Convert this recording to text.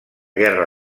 guerra